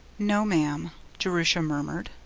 no, ma'am jerusha murmured,